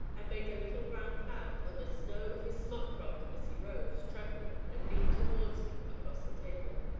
and made a little brown cloud on the snow of his smock-frock as he rose, trembling, and leaned towards me, across the table.